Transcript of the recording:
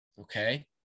Okay